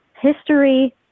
History